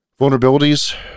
Vulnerabilities